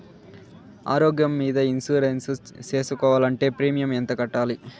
ఆరోగ్యం మీద ఇన్సూరెన్సు సేసుకోవాలంటే ప్రీమియం ఎంత కట్టాలి?